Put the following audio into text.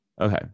okay